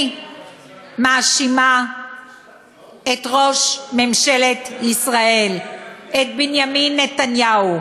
אני מאשימה את ראש ממשלת ישראל, את בנימין נתניהו,